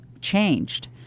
changed